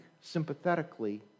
sympathetically